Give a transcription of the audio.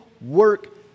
work